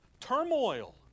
Turmoil